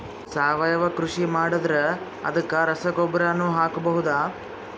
ಸಾವಯವ ಕೃಷಿ ಮಾಡದ್ರ ಅದಕ್ಕೆ ರಸಗೊಬ್ಬರನು ಹಾಕಬಹುದಾ?